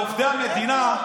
אז למה בעובדי המדינה,